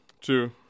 two